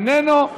איננו,